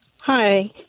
Hi